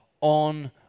on